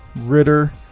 Ritter